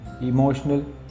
emotional